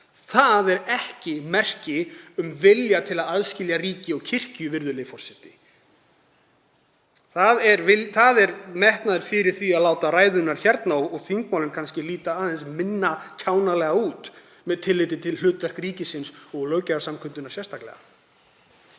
Það er ekki merki um vilja til að aðskilja ríki og kirkju, virðulegi forseti. Það er metnaður fyrir því að láta ræðurnar hérna og þingmálin kannski líta aðeins minna kjánalega út með tilliti til hlutverks ríkisins og löggjafarsamkundunnar sérstaklega.